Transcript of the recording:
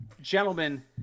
Gentlemen